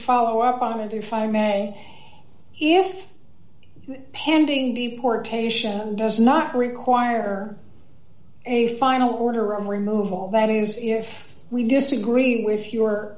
follow up on it if i may if pending deportation does not require a final order and remove all that is if we disagree with your